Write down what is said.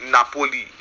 Napoli